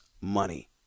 money